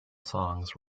songs